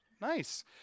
Nice